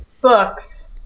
books